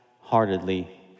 heartedly